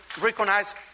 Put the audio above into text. recognize